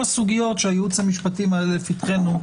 סוגיות שהייעוץ המשפטי מעלה לפתחנו.